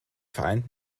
vereinten